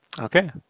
Okay